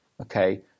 okay